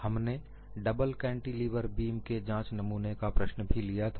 हमने double cantilever beam के जांच नमूने का प्रश्न भी लिया था